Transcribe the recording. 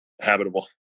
habitable